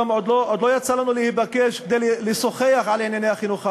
כי עוד לא יצא לנו להיפגש כדי לשוחח על ענייני החינוך הערבי,